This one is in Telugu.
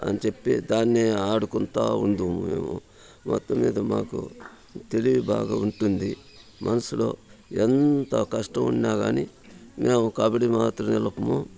అని చెప్పి దాన్ని ఆడుకుంటా ఉంటాము మేము మొత్తం మీద మాకు తెలివి బాగా ఉంటుంది మనసులో ఎంత కష్టమున్నా కానీ మేమ్ కబడ్డీ మాత్రం నిలుపము